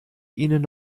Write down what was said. ihnen